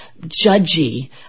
judgy